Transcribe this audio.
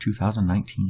2019